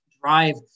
drive